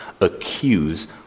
accuse